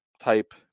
type